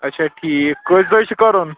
اچھا ٹھیٖک کٔژِ دۄہہِ چھِ کَرُن